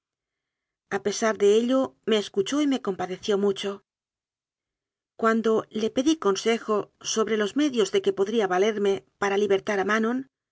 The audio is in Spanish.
pesar de ello me escuchó y me compadeció mucho cuando le pedí consejo sobre los medios de que podría valerme para übertar a